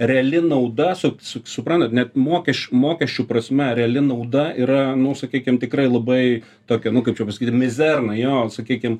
reali nauda su suprantat net mokesčių mokesčių prasme reali nauda yra nu sakykim tikrai labai tokia nu kaip čia pasakyti mizerna jo sakykim